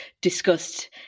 discussed